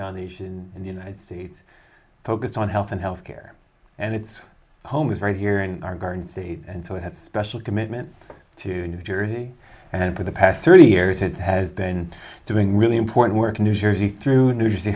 foundation in the united states focused on health and health care and its home is right here in our garnsey and so we have a special commitment to new jersey and for the past thirty years it has been doing really important work in new jersey through new jersey